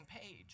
page